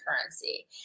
currency